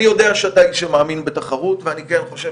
אני יודע שאתה איש שמאמין בתחרות ואני חושב